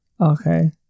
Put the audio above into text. Okay